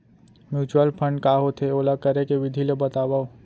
mutual fund का होथे, ओला करे के विधि ला बतावव